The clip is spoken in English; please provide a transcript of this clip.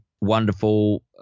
wonderful